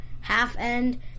half-end